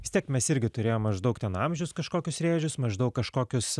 vis tiek mes irgi turėjom maždaug ten amžius kažkokius rėžius maždaug kažkokius